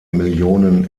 millionen